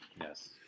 Yes